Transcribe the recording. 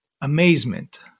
amazement